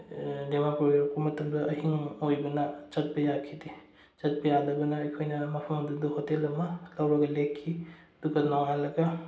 ꯗꯤꯃꯥꯄꯨꯔ ꯌꯧꯔꯛꯄ ꯃꯇꯝꯗ ꯑꯍꯤꯡ ꯑꯣꯏꯕꯅ ꯆꯠꯄ ꯌꯥꯈꯤꯗꯦ ꯆꯠꯄ ꯌꯥꯗꯕꯅ ꯑꯩꯈꯣꯏꯅ ꯃꯐꯝ ꯑꯗꯨꯗ ꯍꯣꯇꯦꯜ ꯑꯃ ꯂꯧꯔꯒ ꯂꯩꯈꯤ ꯑꯗꯨꯒ ꯅꯣꯡꯉꯥꯜꯂꯒ